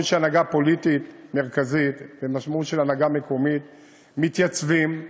שהנהגה פוליטית מרכזית והנהגה מקומית מתייצבות,